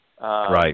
Right